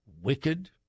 wicked